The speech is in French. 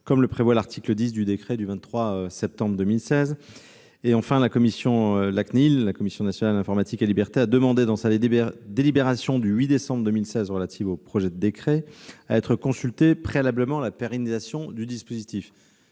comme le prévoit l'article 10 du décret du 23 septembre 2016. De plus, la Commission nationale de l'informatique et des libertés a demandé, dans sa délibération du 8 décembre 2016 relative au projet de décret précité, à être consultée préalablement à la pérennisation du dispositif.